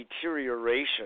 deterioration